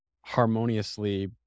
harmoniously